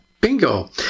Bingo